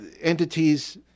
entities